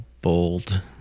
Bold